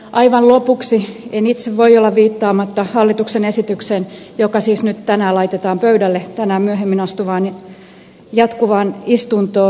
aivan lopuksi en itse voi olla viittaamatta hallituksen esitykseen joka siis nyt laitetaan pöydälle tänään myöhemmin jatkuvaan istuntoon